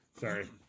Sorry